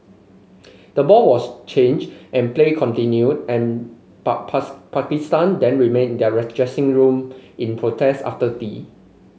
the ball was change and play continued and but Pakistan then remained their dressing room in protest after tea